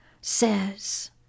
says